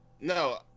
No